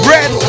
Red